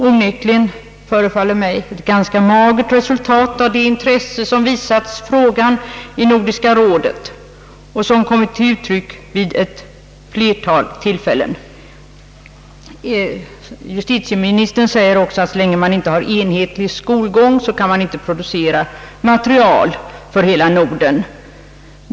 Det förefaller mig onekligen vara ett ganska magert resultat av det intresse som visats frågan i Nordiska rådet och som kommit till uttryck vid ett flertal tillfällen. Justitieministern säger vidare att så länge man inte har enhetlig skolgång kan man inte producera material för hela Norden.